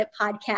Podcast